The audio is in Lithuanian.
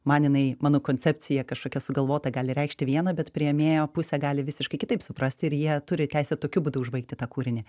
man jinai mano koncepcija kažkokia sugalvota gali reikšti vieną bet priėmėjo pusė gali visiškai kitaip suprasti ir jie turi teisę tokiu būdu užbaigti tą kūrinį